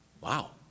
Wow